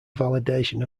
validation